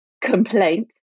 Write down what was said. complaint